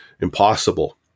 impossible